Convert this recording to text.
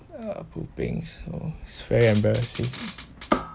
uh pooping so it's very embarrassing